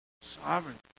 Sovereign